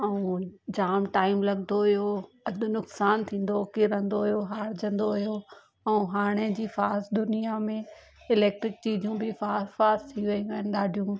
ऐं जाम टाइम लॻंदो हुयो अधि नुकसानु थींदो हुयो किरंदो हुयो हारजंदो हुयो ऐं हाणे जी फास्ट दुनियां में इलैक्ट्रिक चीजूं बि फास्ट फास्ट थी वियूं आहिनि ॾाढियूं